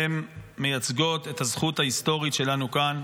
הן מייצגות את הזכות ההיסטורית שלנו כאן,